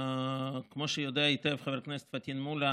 כמו שיודע היטב חבר הכנסת פטין מולא,